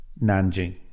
Nanjing